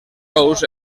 ous